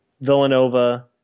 Villanova